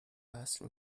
وصل